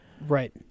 Right